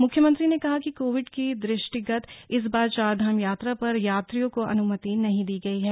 मुख्यमंत्री ने कहा कि कोविड के द्र ष्टिगत इस बार चारधाम यात्रा पर यात्रियों को अनुमति नहीं दी गई है